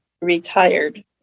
retired